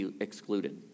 excluded